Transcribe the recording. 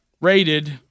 rated